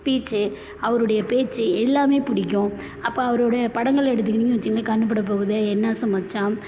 speech அவருடைய பேச்சு எல்லாமே பிடிக்கும் அப்போ அவருடைய படங்கள் எடுத்துக்கிட்டீங்கனு வச்சிக்குங்களேன் கண்ணு பட போகுதே என் ஆசை மச்சான்